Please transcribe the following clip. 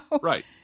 right